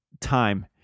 time